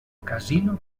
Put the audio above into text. casino